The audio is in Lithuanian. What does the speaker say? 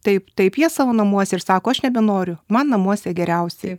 taip taip jie savo namuose ir sako aš nebenoriu man namuose geriausiai